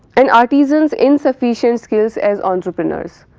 and artisans insufficient skills as entrepreneurs.